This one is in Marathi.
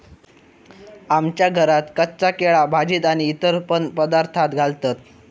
आमच्या घरात कच्चा केळा भाजीत आणि इतर पण पदार्थांत घालतत